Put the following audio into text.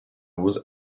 was